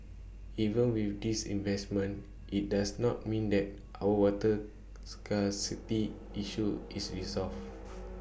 even with these investments IT does not mean that our water scarcity issue is resolved